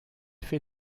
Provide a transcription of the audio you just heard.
fait